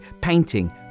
painting